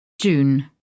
June